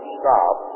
stop